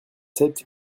sept